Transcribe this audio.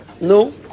no